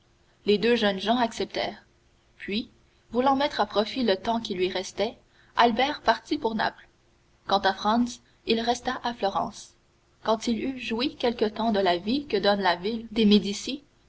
les deux jeunes gens acceptèrent puis voulant mettre à profit le temps qui lui restait albert partit pour naples quant à franz il resta à florence quand il eut joui quelque temps de la vie que donne la ville des médicis